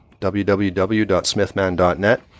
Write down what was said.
www.smithman.net